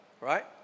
right